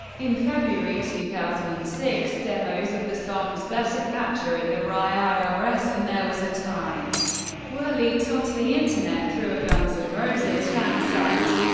in february two thousand and six, demos of the songs better, catcher in the rye, i r s, and there was a time were leaked on to the internet through a guns n' and roses fan site.